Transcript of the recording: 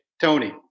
Tony